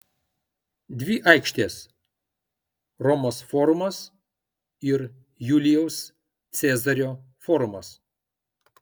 dvi aikštės romos forumas ir julijaus cezario forumas